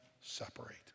separate